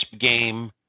game